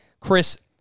Chris